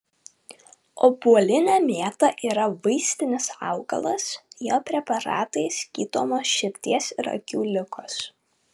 obuolinė mėta yra vaistinis augalas jo preparatais gydomos širdies ir akių ligos